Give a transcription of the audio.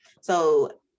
So-